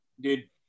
Dude